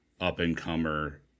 up-and-comer